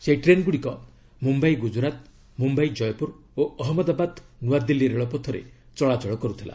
ସେହି ଟ୍ରେନ୍ଗୁଡ଼ିକ ମୁମ୍ୟାଇ ଗୁଜ୍ରାତ ମୁମ୍ୟାଇ ଜୟପୁର ଓ ଅହମ୍ମଦାବାଦ ନୂଆଦିଲ୍ଲୀ ରେଳପଥରେ ଚଳାଚଳ କରୁଥିଲା